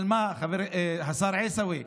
אבל מה, השר עיסאווי,